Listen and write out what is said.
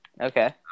Okay